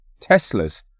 Teslas